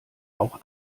auch